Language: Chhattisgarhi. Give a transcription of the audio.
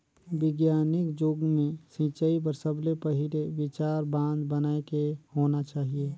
बिग्यानिक जुग मे सिंचई बर सबले पहिले विचार बांध बनाए के होना चाहिए